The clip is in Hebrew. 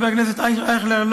חבר הכנסת אייכלר,